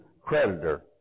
creditor